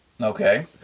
Okay